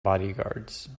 bodyguards